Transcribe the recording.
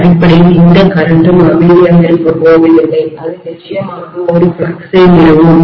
அடிப்படையில் இந்த மின்னோட்டமும்கரண்ட்டும் அமைதியாக இருக்கப் போவதில்லை அது நிச்சயமாக ஒரு பாய்ச்சலைஃப்ளக்ஸ் ஐ நிறுவும்